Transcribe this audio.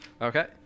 Okay